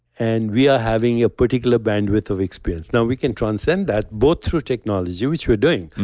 and we are having a particular bandwidth of experience. now we can transcend that both through technology, which we're doing,